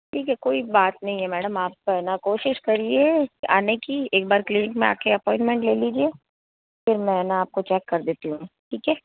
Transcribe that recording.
ठीक है कोई बात नहीं है मैडम आप है ना कोशिश करिए आने की एक बार क्लीनिक में आके अपॉइंटमेंट ले लीजिए फिर मैं ना आपको चेक कर देती हूँ ठीक है